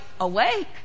awake